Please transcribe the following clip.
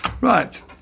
Right